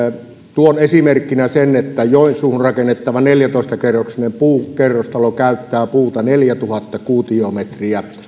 tuon esimerkkinä sen että joensuuhun rakennettava neljätoista kerroksinen puukerrostalo käyttää puuta neljätuhatta kuutiometriä